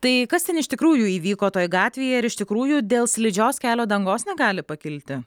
tai kas ten iš tikrųjų įvyko toj gatvėje ir iš tikrųjų dėl slidžios kelio dangos negali pakilti